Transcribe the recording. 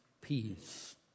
peace